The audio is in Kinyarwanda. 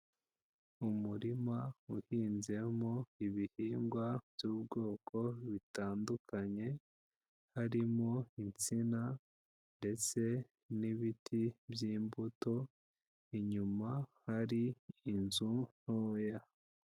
Umuririma uhinzemo ibihingwa by'ubwoko butandukanye, harimo insina ndetse n'ibiti by'imbuto, inyuma hari inzu ntoya.